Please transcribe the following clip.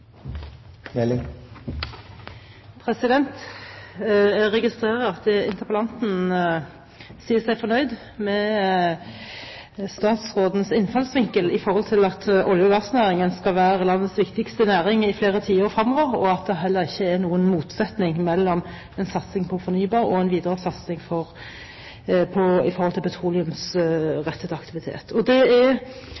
Jeg registrerer at interpellanten sier seg fornøyd med statsrådens innfallsvinkel med hensyn til at olje- og gassnæringen skal være landets viktigste næring i flere tiår fremover, og at det heller ikke er noen motsetning mellom en satsing på fornybar energi og en videre satsing på